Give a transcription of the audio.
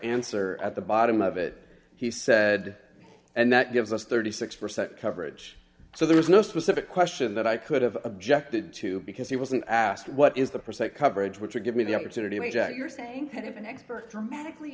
answer at the bottom of it he said and that gives us thirty six percent coverage so there was no specific question that i could have objected to because he wasn't asked what is the percent coverage which would give me the opportunity jack you're saying that if an expert dramatically